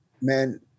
Man